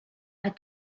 had